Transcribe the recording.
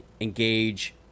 engage